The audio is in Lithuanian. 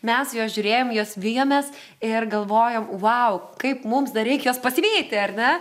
mes juos žiūrėjome juos vijomės ir galvojam vau kaip mums dar reik juos pasivyti ar ne